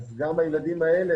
אז גם הילדים האלה,